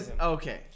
okay